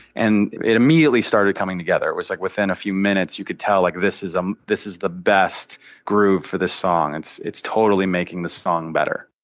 and it immediately started coming together. it was like within a few minutes you could tell, like this is um this is the best groove for this song. it's it's totally making this song better.